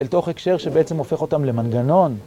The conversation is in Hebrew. אל תוך הקשר שבעצם הופך אותם למנגנון.